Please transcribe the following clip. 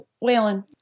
Whalen